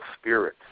spirit